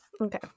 Okay